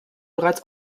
bereits